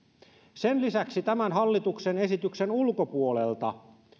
sen lisäksi tämän hallituksen esityksen ulkopuolelta